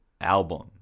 album